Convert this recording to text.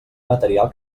material